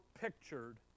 pictured